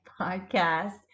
Podcast